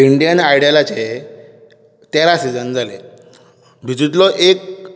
Indian आयडलाचे तेरा season जाले तातुंतलो एक